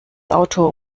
auto